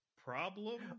problem